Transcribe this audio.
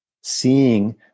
seeing